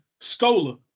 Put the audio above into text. scola